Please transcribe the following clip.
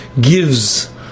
gives